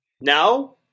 Now